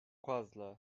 fazla